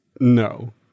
No